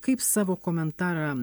kaip savo komentarą